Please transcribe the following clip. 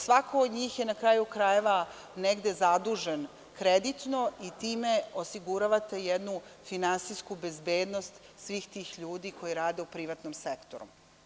Svako od njih je, na kraju krajeva, negde zadužen kreditno i time osiguravate jednu finansijsku bezbednost svih tih ljudi koji rade u privatnom sektoru.